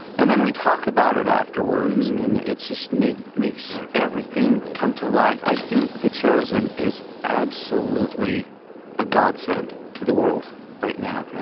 and then we talk about it afterwards. and it's just me makes everything come to life. i think the chosen is absolutely a godsend to the world right now.